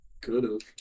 could've